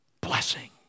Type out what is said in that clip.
Blessing